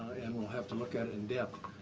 and we'll have to look at it in depth,